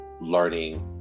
learning